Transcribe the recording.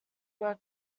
work